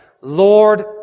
Lord